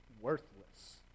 worthless